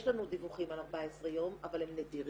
יש לנו דיווחים על 14 יום אבל הם נדירים.